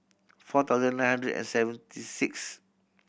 four thousand nine hundred and seventy sixth